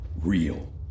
Real